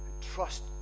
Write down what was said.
Trust